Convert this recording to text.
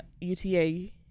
UTA